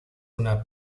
una